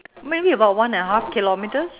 maybe about one and a half kilometres